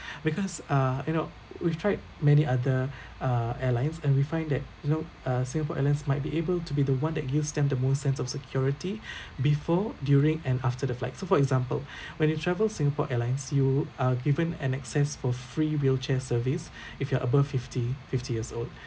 because uh you know we've tried many other uh airlines and we find that you know uh Singapore Airlines might be able to be the one that gives them the most sense of security before during and after the flight so for example when you travel Singapore Airlines you are given an access for free wheelchair service if you are above fifty fifty years old